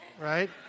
Right